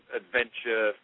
adventure